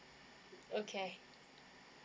okay